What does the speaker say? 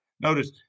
Notice